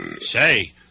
Say